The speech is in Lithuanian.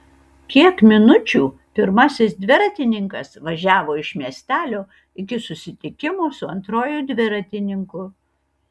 kiek minučių pirmasis dviratininkas važiavo iš miestelio iki susitikimo su antruoju dviratininku